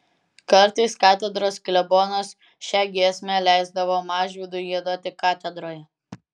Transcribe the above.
kartais katedros klebonas šią giesmę leisdavo mažvydui giedoti katedroje